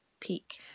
peak